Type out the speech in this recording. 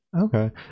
Okay